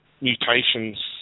mutations